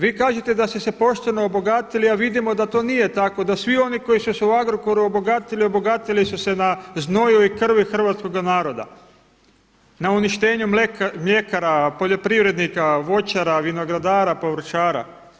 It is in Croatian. Vi kažete da ste se pošteno obogatili a vidimo da to nije tako, da svi oni koji su se u Agrokoru obogatili, obogatili su se na znoju i krvi hrvatskoga naroda, na uništenju mljekara, poljoprivrednika, voćara, vinogradara, povrćara.